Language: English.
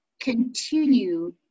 continue